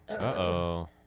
Uh-oh